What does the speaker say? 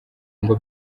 ngo